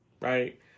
right